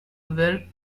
were